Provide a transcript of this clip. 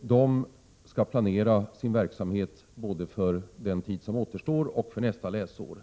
De skall planera sin verksamhet både för den tid som återstår för detta läsår och för nästa läsår.